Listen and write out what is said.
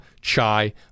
chai